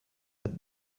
but